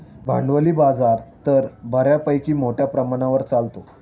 भांडवली बाजार तर बऱ्यापैकी मोठ्या प्रमाणावर चालतो